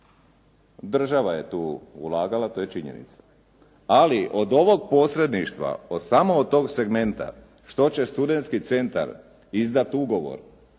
Država je tu ulagala, to je činjenica. Ali od ovog posredništva, samo od tog segmenta što će studentski centar izdati ugovor